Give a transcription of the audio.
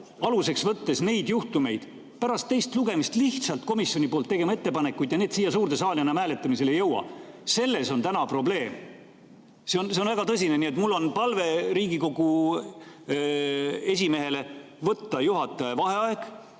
aluseks võttes neid juhtumeid pärast teist lugemist lihtsalt komisjoni poolt tegema ettepanekuid ja need siia suurde saali enam hääletamisele ei jõua. Selles on täna probleem. See on väga tõsine! Nii et mul on palve Riigikogu esimehele võtta juhataja vaheaeg,